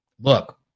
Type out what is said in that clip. look